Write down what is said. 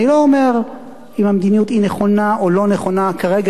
אני לא אומר אם המדיניות היא נכונה או לא נכונה כרגע,